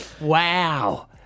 Wow